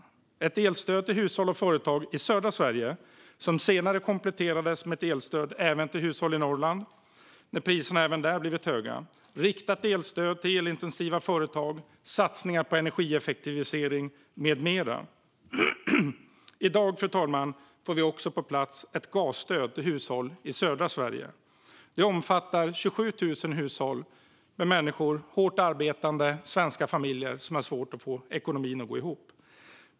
Det handlar om ett elstöd till hushåll och företag i södra Sverige som senare kompletterades med ett elstöd även till hushåll i Norrland när priserna även där blivit höga, riktat elstöd till elintensiva företag och satsningar på energieffektivisering med mera. I dag, fru talman, får vi också på plats ett gasstöd till hushåll i södra Sverige. Det omfattar 27 000 hushåll, hårt arbetande svenska familjer som har svårt att få ekonomin att gå ihop.